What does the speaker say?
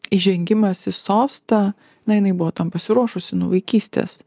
įžengimas į sostą na jinai buvo tam pasiruošusi nuo vaikystės